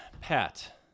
Pat